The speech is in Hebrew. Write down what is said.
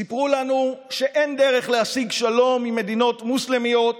סיפרו לנו שאין דרך להשיג שלום עם מדינות מוסלמיות